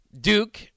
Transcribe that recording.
Duke